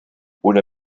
una